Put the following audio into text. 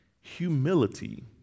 humility